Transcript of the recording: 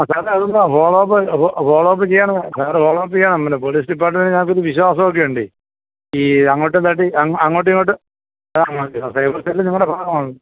ആ സാറേ അതല്ല ഫോളോ അപ്പ് ഫോളോ അപ് ചെയ്യാണ് സാറ് ഫോളോ അപ്പ് ചെയ്യണം പിന്നെ പോലീസ് ഡിപ്പാട്ട്മെൻറ്റിനാത്തൊരു വിശ്വാസമൊക്കെയുണ്ട് ഈ അങ്ങോട്ടുന്തട്ടി അങ്ങോട്ടിങ്ങോട്ട് ആ ഓക്കെ ആ സൈബർ സെല്ല് നിങ്ങളുടെ ഭാഗമാണ്